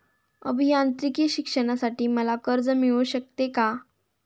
अभियांत्रिकी शिक्षणासाठी मला कर्ज मिळू शकते का?